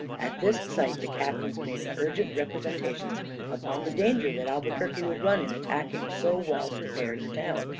at this sight the captains made urgent representations upon the danger that albuquerque would run in attacking so well-prepared a town,